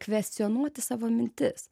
kvestionuoti savo mintis